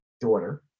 daughter